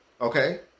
okay